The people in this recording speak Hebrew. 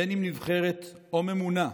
נבחרת או ממונה,